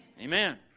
Amen